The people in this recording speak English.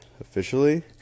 officially